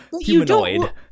humanoid